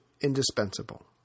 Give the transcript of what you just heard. indispensable